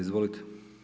Izvolite.